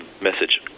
message